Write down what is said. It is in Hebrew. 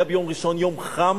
יום ראשון היה יום חם,